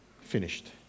Finished